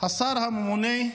השר הממונה,